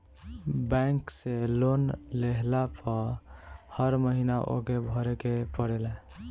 bank से loan लेहला पअ हर महिना ओके भरे के पड़ेला